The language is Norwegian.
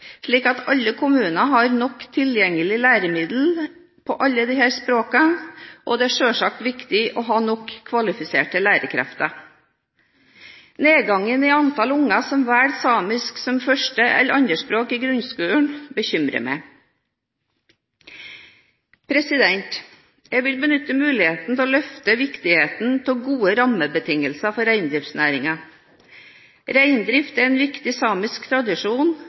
at det legges til rette for at alle kommuner har nok tilgjengelige læremidler i alle disse språkene. Det er selvsagt viktig å ha nok kvalifiserte lærekrefter. Nedgangen i antall unger som velger samisk som første- eller andrespråk i grunnskolen, bekymrer meg. Jeg vil benytte muligheten til å løfte viktigheten av gode rammebetingelser for reindriftsnæringen. Reindrift er en viktig samisk tradisjon